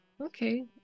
okay